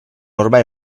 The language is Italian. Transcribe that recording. ormai